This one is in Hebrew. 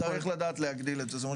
נצטרך לדעת להגדיל את זה.